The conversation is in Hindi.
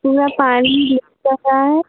पूरा पानी लीक कर रहा है